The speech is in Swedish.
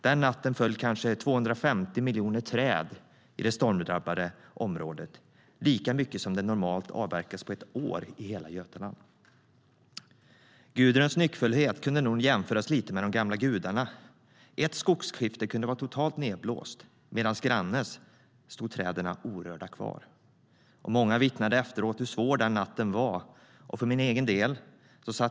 Den natten föll kanske 250 miljoner träd i det stormdrabbade området, lika mycket som normalt avverkas på ett år i hela Götaland.Gudruns nyckfullhet kan nog jämföras lite med de gamla gudarnas. Ett skogsskifte kunde vara totalt nedblåst, medan träden hos grannen stod orörda kvar. Många vittnade efteråt om hur svår den natten var.